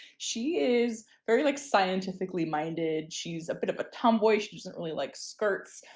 she is very like scientifically minded. she's a bit of a tomboy. she doesn't really like skirts.